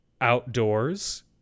outdoors